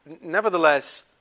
Nevertheless